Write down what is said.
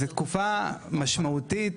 זאת תקופה מאוד משמעותית,